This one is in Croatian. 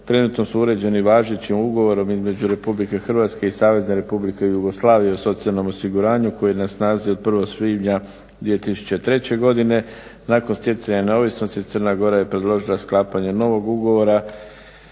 trenutno su uređeni važećim ugovorom između RH i Savezne Republike Jugoslavije u socijalnom osiguranju koji je na snazi od 1. svibnja 2003. godine. Nakon stjecanja neovisnosti Crna Gora je predložila sklapanje novog ugovora.